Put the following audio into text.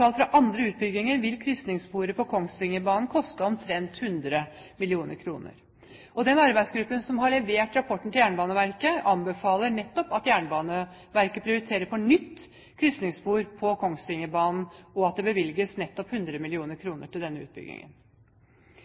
fra andre utbygginger vil krysningssporet på Kongsvingerbanen koste omtrent 100 mill. kr. Arbeidsgruppen som har levert rapporten til Jernbaneverket, anbefaler at Jernbaneverket prioriterer nytt krysningsspor på Kongsvingerbanen, og at det bevilges 100 mill. kr til denne utbyggingen.